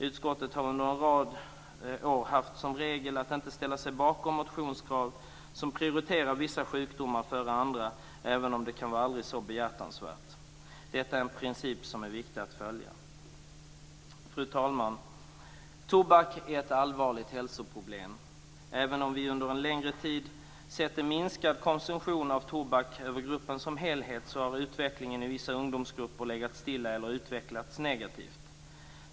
Utskottet har under en rad år haft som regel att inte ställa sig bakom motionskrav som prioriterar vissa sjukdomar före andra, även om det kan vara aldrig så behjärtansvärt. Detta är en princip som är viktig att följa. Fru talman! Tobak är ett allvarligt hälsoproblem. Även om vi under en längre tid sett en minskad konsumtion av tobak i gruppen som helhet har utvecklingen i vissa ungdomsgrupper legat stilla eller blivit negativ.